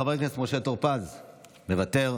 חבר הכנסת משה טור פז, מוותר.